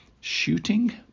Shooting